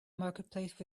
marketplace